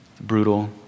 Brutal